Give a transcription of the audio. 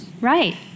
right